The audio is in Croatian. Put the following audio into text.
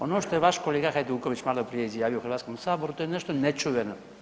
Ono što je vaš kolega Hajduković malo prije izjavio Hrvatskom saboru to je nešto nečuveno.